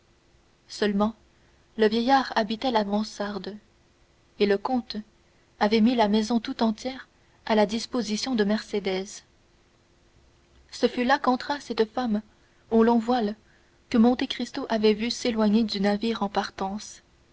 seulement le vieillard habitait la mansarde et le comte avait mis la maison tout entière à la disposition de mercédès ce fut là qu'entra cette femme au long voile que monte cristo avait vue s'éloigner du navire en partance